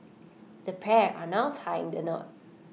the pair are now tying the knot